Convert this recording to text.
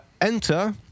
Enter